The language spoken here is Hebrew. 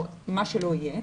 או מה שלא יהיה.